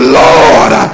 lord